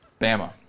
Bama